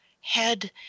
head